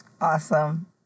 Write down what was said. Awesome